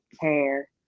care